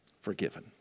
Forgiven